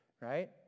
right